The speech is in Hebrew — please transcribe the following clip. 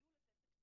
יהיו לזה תקציבים.